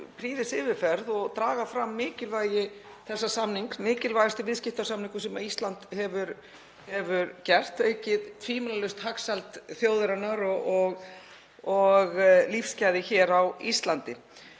prýðilega yfirferð og draga fram mikilvægi þessa samnings, mikilvægasta viðskiptasamnings sem Ísland hefur gert, aukið tvímælalaust hagsæld þjóðarinnar og lífsgæði hér á Íslandi.